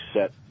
set